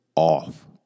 off